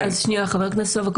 חבר הכנסת סובה,